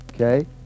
okay